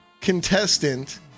contestant